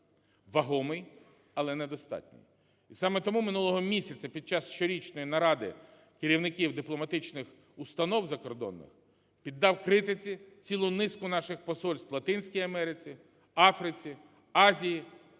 Вагомий, але не достатній. І саме тому минулого місяця під час щорічної наради керівників дипломатичних установ закордонних піддав критиці цілу низку наших посольств в Латинській Америці, Африці, Азії.